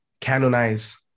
canonize